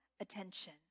attention